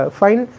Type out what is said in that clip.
fine